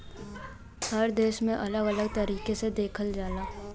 हर देश में अलग अलग तरीके से देखल जाला